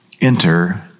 Enter